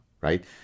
right